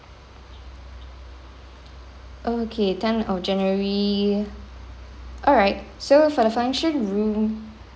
okay tenth of january alright so for the function room